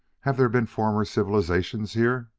have there been former civilisations here?